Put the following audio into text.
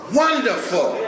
wonderful